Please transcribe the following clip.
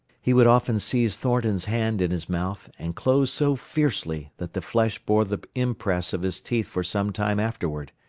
he would often seize thornton's hand in his mouth and close so fiercely that the flesh bore the impress of his teeth for some time afterward.